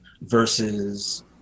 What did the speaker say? versus